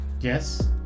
Yes